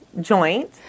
joint